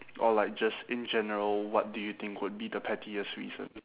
or like just in general what do you think would be the pettiest reason